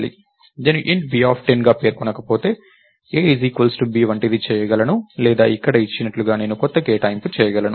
నేను int b10 గా పేర్కొనబడితే a b వంటిది చేయగలను లేదా ఇక్కడ ఇచ్చినట్లుగా నేను కొత్త కేటాయింపు చేయగలను